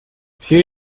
все